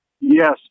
Yes